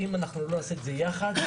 אם לא נעשה את זה יחד,